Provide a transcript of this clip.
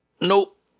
Nope